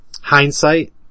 hindsight